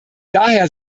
daher